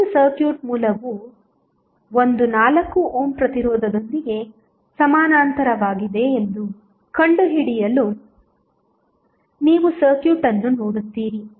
ಒಂದು ಕರೆಂಟ್ ಮೂಲವು ಒಂದು 4 ಓಮ್ ಪ್ರತಿರೋಧದೊಂದಿಗೆ ಸಮಾನಾಂತರವಾಗಿದೆ ಎಂದು ಕಂಡುಹಿಡಿಯಲು ನೀವು ಸರ್ಕ್ಯೂಟ್ ಅನ್ನು ನೋಡುತ್ತೀರಿ